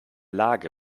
lage